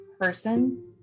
person